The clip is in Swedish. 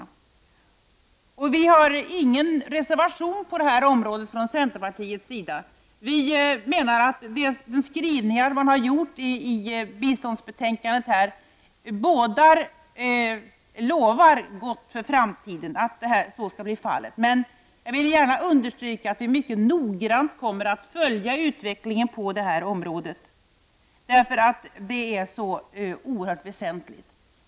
Vi i centerpartiet har ingen reservation på den punkten. Vi menar att de skrivningar som finns i biståndsbetänkandet bådar gott för framtiden. Men jag vill gärna understryka att vi mycket noggrant kommer att följa utvecklingen på detta område. Det här är ju oerhört väsentliga frågor.